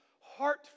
heart